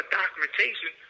documentation